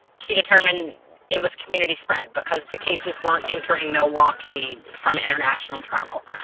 she determined it was community spread because the cases weren't entering milwaukee from international travel.